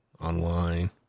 online